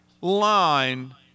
line